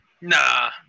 Nah